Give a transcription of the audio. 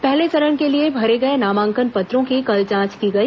पहले चरण के लिए भरे गए नामांकन पत्रों की कल जांच की गई